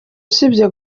usibye